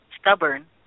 stubborn